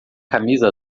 camisa